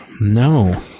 No